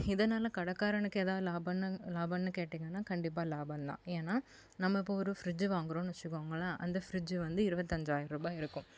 இதனால் கடைக்காரனுக்கு ஏதாது லாபம்னு லாபம்னு கேட்டிங்கன்னால் கண்டிப்பாக லாபந்தான் ஏன்னா நம்ம இப்போ ஒரு ஃப்ரிஜ்ஜு வாங்குகிறோன்னு வச்சிக்கோங்களேன் அந்த ஃப்ரிஜ்ஜு வந்து இருபத்தஞ்சாயிருபாய் இருக்கும்